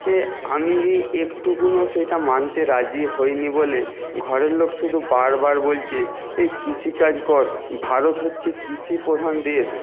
এ আমি একটুকুনও সেটা মানতে রাজি হইনি বলে ঘরের লোক শুধু বারবার বলছে এ কৃষিকাজ কর ভারত হচ্ছে কৃষিপ্রধান দেশ